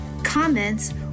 comments